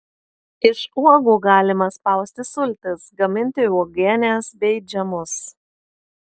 iš uogų galima spausti sultis gaminti uogienes bei džemus